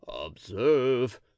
Observe